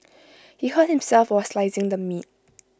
he hurt himself while slicing the meat